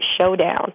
Showdown